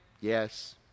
Yes